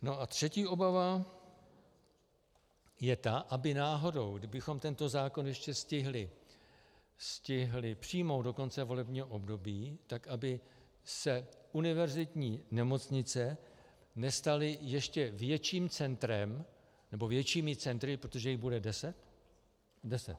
A třetí obava je ta, aby náhodou, kdybychom tento zákon ještě stihli přijmout do konce volebního období, tak aby se univerzitní nemocnice nestaly ještě větším centrem nebo většími centry, protože jich bude deset?